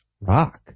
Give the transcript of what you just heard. Rock